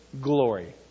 glory